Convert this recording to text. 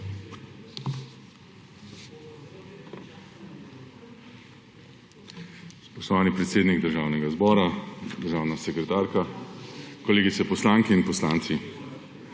Spoštovani predsednik Državnega zbora, državna sekretarka, kolegice poslanke in kolegi